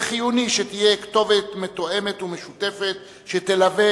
וחיוני שתהיה כתובת מתואמת ומשותפת שתלווה